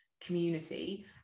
community